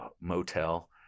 motel